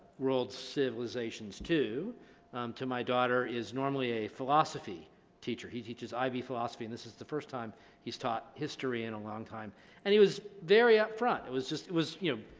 world civilizations two to my daughter is normally a philosophy teacher. he teaches ib philosophy, and this is the first time he's taught history in a long time and he was very upfront. it was just, it was, you